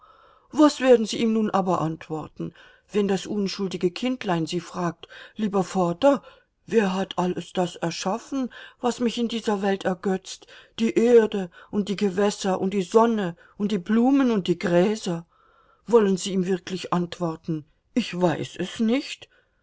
was werden sie ihm nun aber antworten wenn das unschuldige kindlein sie fragt lieber vater wer hat alles das erschaffen was mich in dieser welt ergötzt die erde und die gewässer und die sonne und die blumen und die gräser wollen sie ihm wirklich antworten ich weiß es nicht